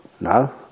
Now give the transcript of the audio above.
No